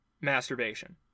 masturbation